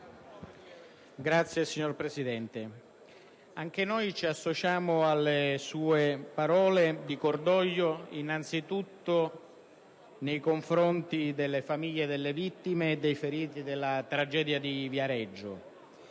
Signor Presidente, anche noi ci associamo alle sue parole di cordoglio nei confronti delle famiglie delle vittime e dei feriti della tragedia di Viareggio